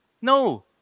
No